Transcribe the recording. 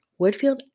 Woodfield